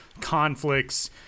conflicts